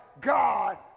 God